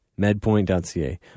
medpoint.ca